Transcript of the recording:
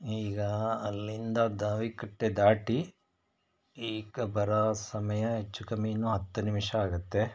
ಈಗ ಅಲ್ಲಿಂದ ಬಾವಿಕಟ್ಟೆ ದಾಟಿ ಈಗ ಬರೋ ಸಮಯ ಹೆಚ್ಚು ಕಮ್ಮಿ ಇನ್ನೂ ಹತ್ತು ನಿಮಿಷ ಆಗತ್ತೆ